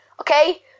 Okay